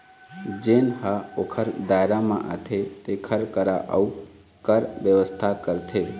जेन ह ओखर दायरा म आथे तेखर करा अउ कर बेवस्था करथे